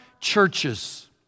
churches